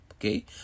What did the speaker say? Okay